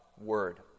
Word